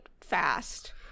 fast